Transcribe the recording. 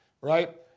right